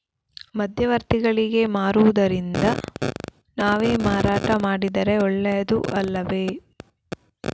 ಮಧ್ಯವರ್ತಿಗಳಿಗೆ ಮಾರುವುದಿಂದ ನಾವೇ ಮಾರಾಟ ಮಾಡಿದರೆ ಒಳ್ಳೆಯದು ಅಲ್ಲವೇ?